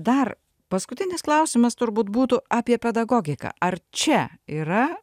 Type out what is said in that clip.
dar paskutinis klausimas turbūt būtų apie pedagogiką ar čia yra